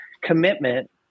commitment